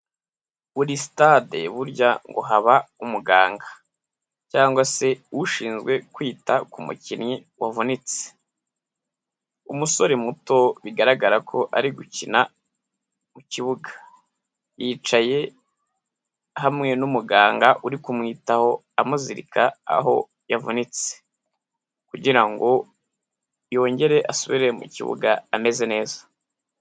Kuri sitade burya ngo haba umuganga, cyangwa se ushinzwe kwita ku mukinnyi wavunitse, umusore muto bigaragara ko ari gukina mu kibuga, yicaye hamwe n'umuganga uri kumwitaho amuzirika aho yavunitse, kugira ngo yongere asubire mu kibuga ameze neza.